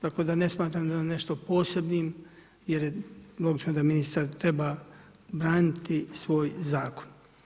Tako da ne smatram da vam nešto posebnim jer je logično da ministar treba braniti svoj Zakon.